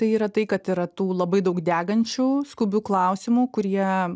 tai yra tai kad yra tų labai daug degančių skubių klausimų kurie